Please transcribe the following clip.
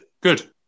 Good